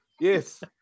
Yes